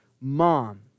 mom